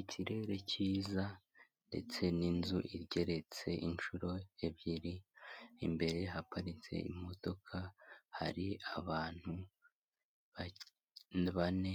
Ikirere cyiza ndetse n'inzu igeretse inshuro ebyiri imbere haparitse imodoka hari abantu bane